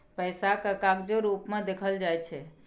पैसा केँ कागजो रुप मे देखल जाइ छै